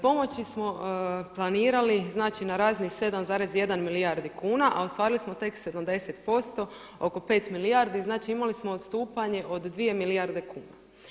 Pomoći smo planirali znači na razini 7,1 milijardi kuna a ostvarili smo tek 70%, oko 5 milijardi, znači imali smo odstupanje od 2 milijarde kuna.